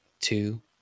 two